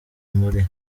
muri